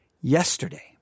Yesterday